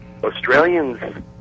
Australians